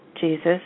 Jesus